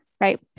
Right